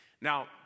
Now